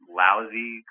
lousy